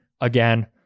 again